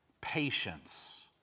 patience